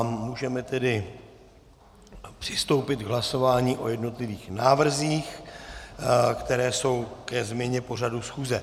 Můžeme tedy přistoupit k hlasování o jednotlivých návrzích, které jsou ke změně pořadu schůze.